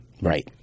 Right